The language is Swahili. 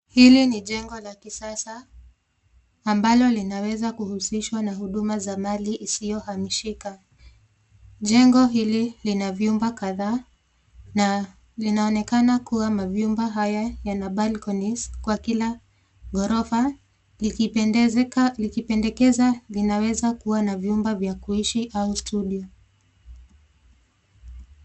Hili ni jengo la kisasa ambalo linaweza kuhusishwa na huduma za mali isiyohamishika. Jengo hili lina vyumba kadhaa na linaonekana kuwa mavyumba haya yana balconies Kwa kila ghorofa likipendekeza linaweza kuwa na vyumba vya kuishi au studio .